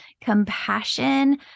compassion